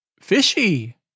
Fishy